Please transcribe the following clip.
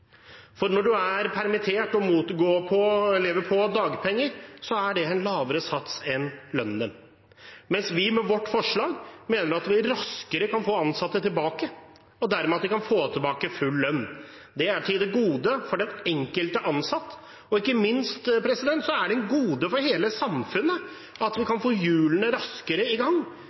Når man er permittert og lever på dagpenger, er det en lavere sats enn lønnen. Vi mener med vårt forslag at vi raskere kan få ansatte tilbake i jobb og dermed at de kan få tilbake full lønn. Det er et gode for den enkelte ansatte, og ikke minst er det et gode for hele samfunnet at vi kan få hjulene raskere i gang.